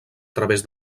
través